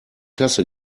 kasse